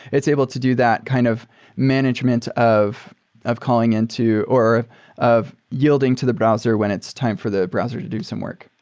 it's able to do that kind of management of of calling into or of yielding to the browser when it's it's time for the browser to do some work.